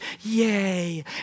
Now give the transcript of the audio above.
yay